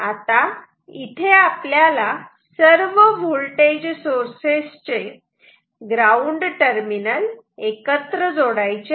आता इथे आपल्याला सर्व व्होल्टेज सोर्सेस चे ग्राउंड टर्मिनल एकत्र जोडायचे आहेत